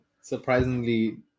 Surprisingly